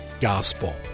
gospel